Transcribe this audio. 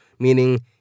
meaning